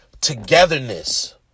togetherness